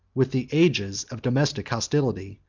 with the ages of domestic, hostility,